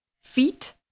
feet